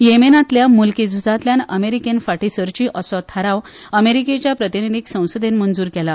येमेनातल्या मूल्की झूजांतल्यान अमेरिकेन फाटीं सरची असो थाराव अमेरिकेच्या प्रतिनीधीक संसदेन मंजूर केला